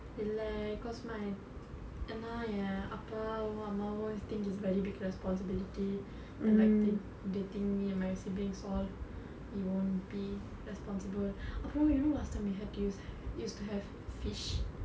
இல்லே:illae because my ஏனா என் அப்பாவும் அம்மாவும்:aena en appavum ammavum always think it's very big responsibility like they they think me and my siblings all you know be responsible அப்புறம்:appuram you know last time we had we used used to have fish